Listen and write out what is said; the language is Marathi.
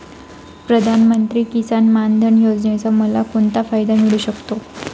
प्रधानमंत्री किसान मान धन योजनेचा मला कोणता फायदा मिळू शकतो?